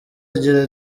agira